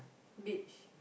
beach